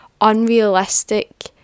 unrealistic